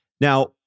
now